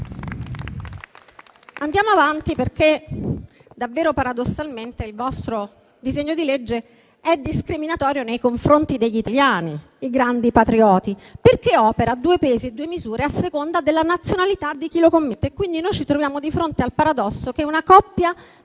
Andiamo avanti perché davvero, paradossalmente, il vostro disegno di legge è discriminatorio nei confronti degli italiani - i grandi patrioti - perché opera due pesi e due misure a seconda della nazionalità di chi lo commette. Ci troviamo quindi di fronte al paradosso che una coppia